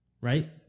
right